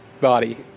body